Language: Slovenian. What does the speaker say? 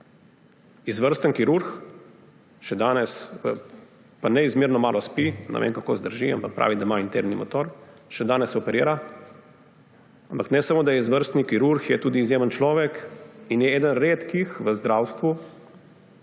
Izvrsten kirurg, še danes, pa neizmerno malo spi, ne vem, kako zdrži, ampak pravi, da ima interni motor. Še danes operira, ampak ne samo da je izvrstni kirurg, je tudi izjemen človek in je eden redkih v zdravstvu,